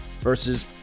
versus